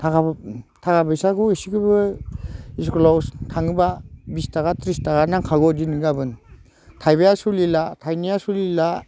थाखाबो थाखा फैसाखौ इसिखौबो स्कुलाव थाङोब्ला बिस थाखा थ्रिस थाखा नांखागौ दिनै गाबोन थाइबाया सोलिला थाइनैया सोलिला